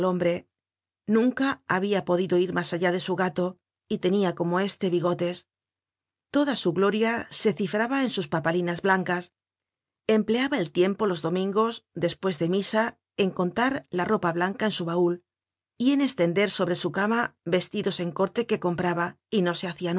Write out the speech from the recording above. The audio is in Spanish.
nunca habia podido ir mas allá de su gato y tenia como éste bigotes toda su gloria se cifraba en sus papalinas blancas empleaba el tiempo los domingos despues de misa en contar la ropa blanca en su baul y en estender sobre su cama vestidos en corte que compraba y no se hacia